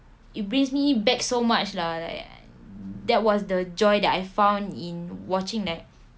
it brings me back so much lah like that was the joy that I found in watching like